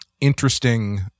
interesting